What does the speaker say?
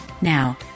Now